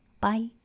Bye